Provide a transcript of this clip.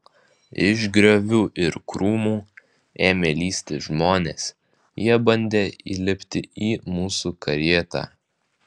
iš griovių ir krūmų ėmė lįsti žmonės jie bandė įlipti į mūsų karietą